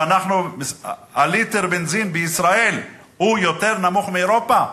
או: מחיר ליטר בנזין בישראל הוא יותר נמוך מאירופה,